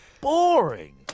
boring